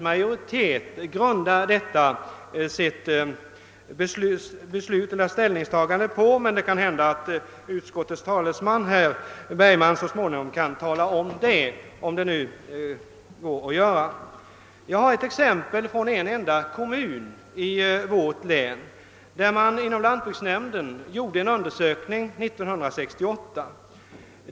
majoritet grundar detta sitt ställningstagande på, men det kan ju hända att utskottets talesman, herr Bergman, så småningom talar om det — ifall nu detta är möjligt. Jag har ett exempel från en kommun i mitt hemlän, där det inom lantbruksnämnden gjordes en undersökning år 1968.